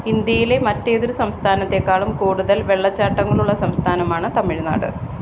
ഇന്ത്യയിലെ മറ്റേതൊരു സംസ്ഥാനത്തേക്കാളും കൂടുതൽ വെള്ളച്ചാട്ടങ്ങളുള്ള സംസ്ഥാനമാണ് തമിഴ്നാട്